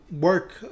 work